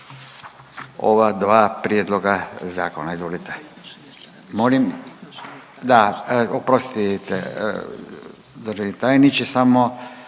ova dva prijedloga zakona. Izvolite. Molim? Da, oprostite državni tajniče. Nakon